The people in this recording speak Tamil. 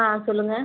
ஆ சொல்லுங்க